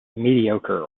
mediocre